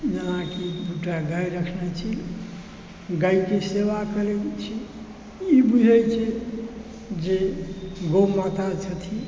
जेनाकि दुटा गाय राखने छी गायक सेवा करै छी ई बुझै छी जे गौ माता छथिन